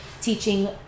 teaching